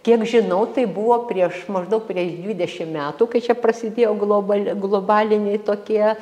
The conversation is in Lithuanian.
kiek žinau tai buvo prieš maždaug prieš dvidešim metų kai čia prasidėjo global globaliniai tokie